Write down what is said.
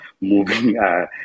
moving